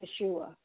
Yeshua